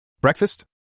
Breakfast